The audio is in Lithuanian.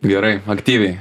gerai aktyviai